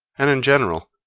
and, in general,